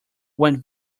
went